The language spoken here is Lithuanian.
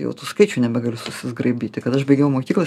jau tų skaičių nebegaliu susisgraibyti kad aš baigiau mokyklą